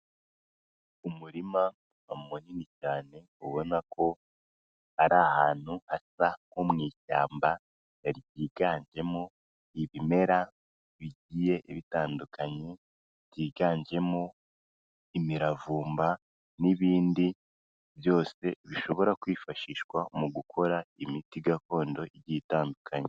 Umurima munini cyane ubona ko ari ahantu hasa nko mu ishyamba ryiganjemo ibimera bigiye bitandukanye, byiganjemo imiravumba n'ibindi byose bishobora kwifashishwa mu gukora imiti gakondo igiye itandukanye.